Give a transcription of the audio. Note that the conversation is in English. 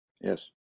Yes